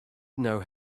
know